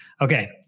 Okay